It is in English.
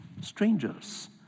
strangers